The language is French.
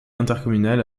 intercommunale